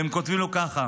והם כותבים לו כך: